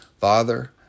Father